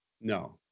No